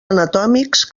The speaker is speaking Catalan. anatòmics